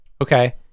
Okay